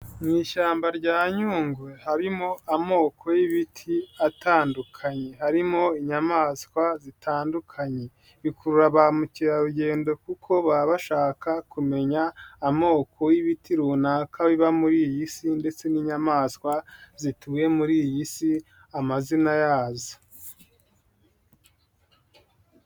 Mu ishyamba rya Nyungwe harimo amoko y'ibiti atandukanye, harimo inyamaswa zitandukanye, bikurura ba mukerarugendo kuko baba bashaka kumenya amoko y'ibiti runaka biba muri iyi si, ndetse n'inyamaswa zituye muri iyi si amazina yazo.